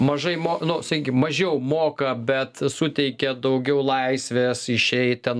mažai nu sakykim mažiau moka bet suteikia daugiau laisvės išeit ten